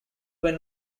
were